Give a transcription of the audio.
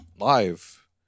live